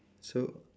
so